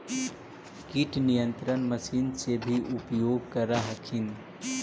किट नियन्त्रण मशिन से भी उपयोग कर हखिन?